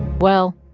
well,